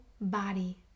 body